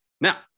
Now